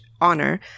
honor